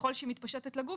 ככל שהיא מתפשטת לגוף,